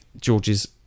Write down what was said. george's